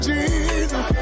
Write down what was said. Jesus